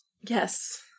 yes